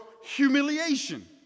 humiliation